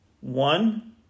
One